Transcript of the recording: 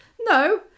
No